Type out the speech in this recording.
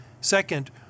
Second